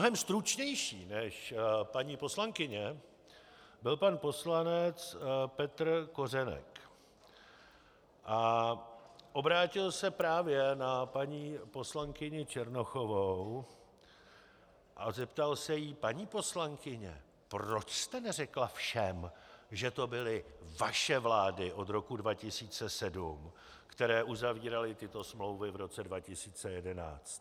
Mnohem stručnější než paní poslankyně byl pan poslanec Petr Kořenek a obrátil se právě na paní poslankyni Černochovou, a zeptal se jí: Paní poslankyně, proč jste neřekla všem, že to byly vaše vlády od roku 2007, které uzavíraly tyto smlouvy v roce 2011?